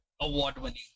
award-winning